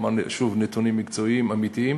הוא אמר נתונים מקצועיים, אמיתיים,